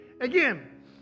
Again